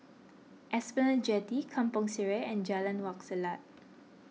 Esplanade Jetty Kampong Sireh and Jalan Wak Selat